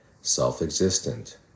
self-existent